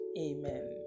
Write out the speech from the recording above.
Amen